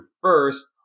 first